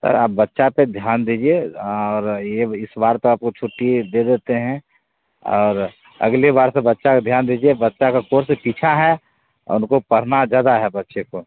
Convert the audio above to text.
sir आप बच्चा पर ध्यान दीजिए और ये इस बार तो आपको छुट्टी दे देते हैं और अगली बार से बच्चा के ध्यान दीजिए बच्चा का कोर्स पीछे है उनको पढ़ना ज्यादा है बच्चे को